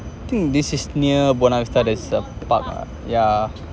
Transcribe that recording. I think this is near buona vista there's a park ah yeah